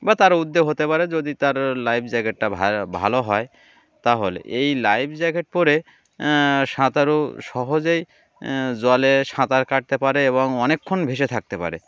বা তার উদ্যোগ হতে পারে যদি তার লাইফ জ্যাকেটটা ভ ভালো হয় তাহলে এই লাইফ জ্যাকেট পরে সাঁতারু সহজেই জলে সাঁতার কাটতে পারে এবং অনেকক্ষণ ভেসে থাকতে পারে